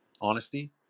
Honesty